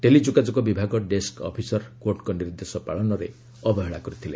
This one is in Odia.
ଟେଲି ଯୋଗାଯୋଗ ବିଭାଗ ଡେସ୍କ ଅଫିସର କୋର୍ଟଙ୍କ ନିର୍ଦ୍ଦେଶ ପାଳନରେ ଅବହେଳା କରିଥିଲେ